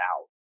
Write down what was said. out